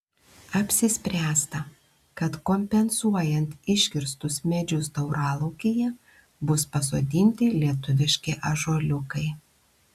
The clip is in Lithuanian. apsispręsta kad kompensuojant iškirstus medžius tauralaukyje bus pasodinti lietuviški ąžuoliukai